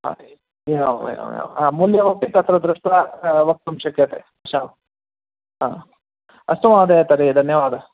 हा एवम एवम् मूल्यमपि तत्र दृष्ट्वा वक्तुं शक्यते शा हा अस्तु महोदय तर्हि धन्यवादः